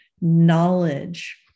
knowledge